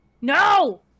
No